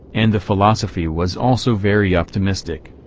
and the philosophy was also very optimistic.